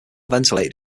ventilated